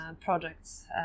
projects